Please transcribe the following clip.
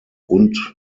und